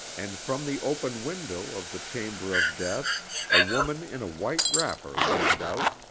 and from the open window of the chamber of death a woman in a white wrapper leaned out,